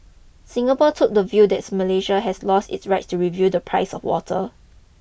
Singapore took the view that Malaysia had lost its right to review the price of water